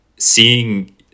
seeing